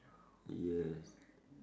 yes